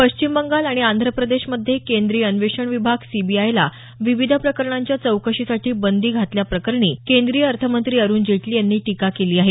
पश्चिम बंगाल आणि आंध्र प्रदेशमध्ये केंद्रीय अन्वेषण विभाग सीबीआयला विविध प्रकरणांच्या चौकशीसाठी बंदी घातल्याप्रकरणी केंद्रीय अर्थमंत्री अरुण जेटली यांनी टिका केली आहे